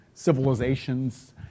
Civilizations